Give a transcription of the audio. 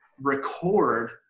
record